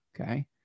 okay